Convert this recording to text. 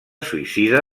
suïcida